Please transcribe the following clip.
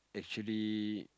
actually